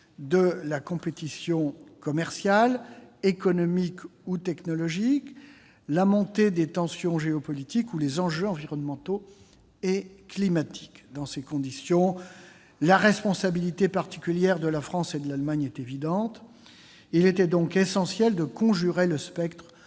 de la compétition commerciale, économique ou technologique, la montée des tensions géopolitiques ou les enjeux environnementaux et climatiques. Dans ces conditions, la responsabilité particulière de la France et de l'Allemagne est évidente. Il était donc essentiel de conjurer le spectre